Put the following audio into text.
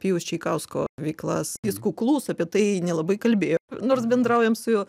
pijaus čeikausko veiklas jis kuklus apie tai nelabai kalbėjo nors bendraujam su juo